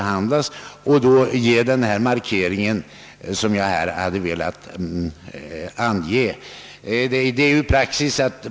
Jag var därför inte i tillfälle att på sätt jag angivit markera min och partiets ståndpunkt.